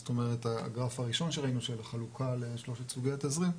זאת אומרת הגרף הראשון שראינו של החלוקה לשלושת סוגי התזרים,